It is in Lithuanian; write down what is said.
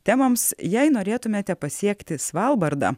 temoms jei norėtumėte pasiekti svalbardą